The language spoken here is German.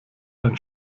ein